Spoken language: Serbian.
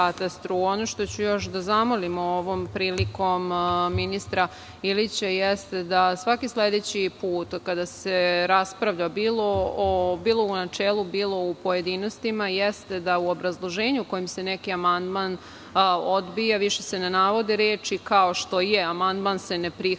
što ću još da zamolim ovom prilikom ministra Ilića jeste da svaki sledeći put kada se raspravlja bilo u načelu, bilo u pojedinostima, da u obrazloženju kojim se neki amandman odbije više se ne navode reči kao što je – amandman se ne prihvata